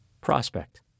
Prospect